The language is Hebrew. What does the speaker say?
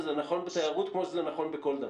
וזה נכון בתיירות כמו שזה נכון בכל דבר.